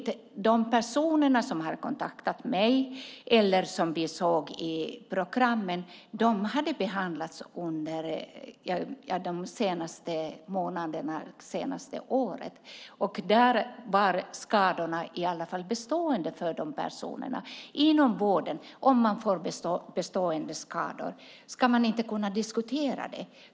Men de personer som har kontaktat mig eller som vi såg i tv-programmet hade behandlats de senaste månaderna eller det senaste året, och deras skador var bestående. Om man får bestående skador inom vården, ska vi inte kunna diskutera det?